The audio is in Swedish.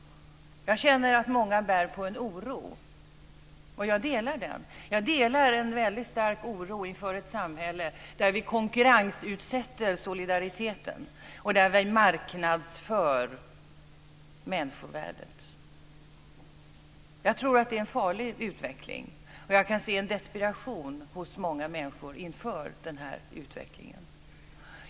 Jag känner att många bär på en oro, och jag delar den oron. Jag delar en väldigt stark oro inför ett samhälle där vi konkurrensutsätter solidariteten och där vi marknadsför människovärdet. Jag tror att det är en farlig utveckling och kan se en desperation hos många människor inför denna utveckling.